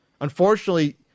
Unfortunately